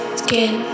skin